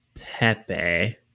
Pepe